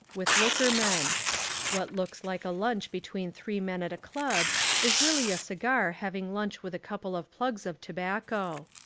with liquor men what looks like a lunch be tween three men at a club is really a cigar hav ing lunch with a couple of plugs of tobacco.